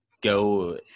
go